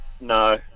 No